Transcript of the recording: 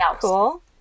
Cool